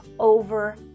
Over